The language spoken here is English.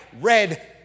red